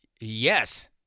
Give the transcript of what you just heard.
Yes